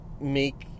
make